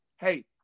Hey